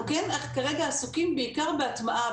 אנחנו כרגע עסוקים בעיקר בהטמעה,